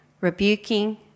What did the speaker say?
rebuking